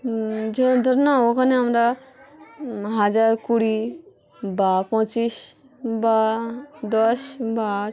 যে ধর না ওখানে আমরা হাজার কুড়ি বা পঁচিশ বা দশ বা আট